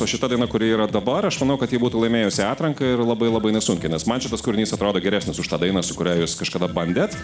o šita daina kuri yra dabar aš manau kad ji būtų laimėjusi atranką ir labai labai nesunkiai nes man šitas kūrinys atrodo geresnis už tą dainą su kuria jūs kažkada bandėt